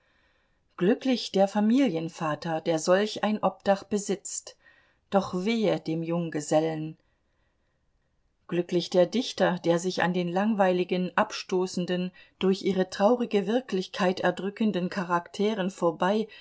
glücklich der familienvater der solch ein obdach besitzt doch wehe dem junggesellen glücklich der dichter der sich an den langweiligen abstoßenden durch ihre traurige wirklichkeit erdrückenden charakteren vorbei